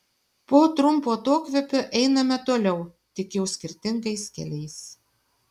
po trumpo atokvėpio einame toliau tik jau skirtingais keliais